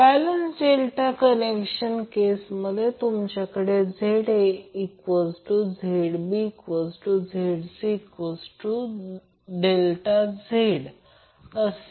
balance delta connection केसमध्ये तुमच्याकडे ZaZbZcZ∆आहे